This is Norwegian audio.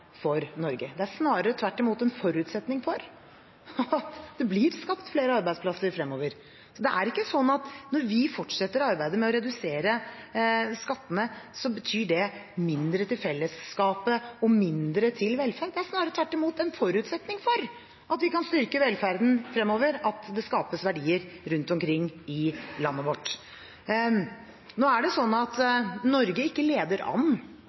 for Norge. Det er snarere tvert imot en forutsetning for at det blir skapt flere arbeidsplasser fremover. Det er ikke sånn at når vi fortsetter arbeidet med å redusere skattene, betyr det mindre til fellesskapet og mindre til velferd. Det er snarere tvert imot en forutsetning for at vi kan styrke velferden fremover, at det skapes verdier rundt omkring i landet vårt. Norge leder ikke an i reduksjonen i selskapsskatten, men vi må passe på at